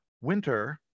winter